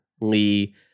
Lee